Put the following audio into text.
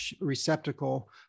receptacle